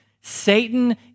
Satan